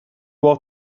was